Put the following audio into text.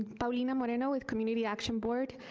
paulina moreno with community action board.